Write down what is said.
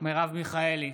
מרב מיכאלי,